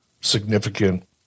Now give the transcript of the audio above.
significant